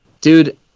Dude